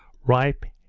ripe,